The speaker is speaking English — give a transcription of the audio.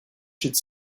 should